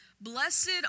Blessed